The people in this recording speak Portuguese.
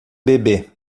bebê